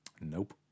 Nope